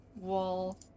wall